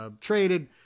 traded